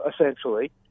Essentially